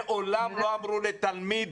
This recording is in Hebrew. מעולם לא אמרו לתלמיד: